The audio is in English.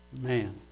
man